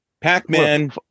Pac-Man